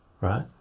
right